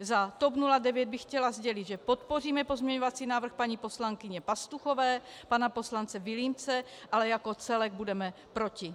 Za TOP 09 bych chtěla sdělit, že podpoříme pozměňovací návrh paní poslankyně Pastuchové, pana poslance Vilímce, ale jako celek budeme proti.